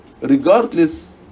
Regardless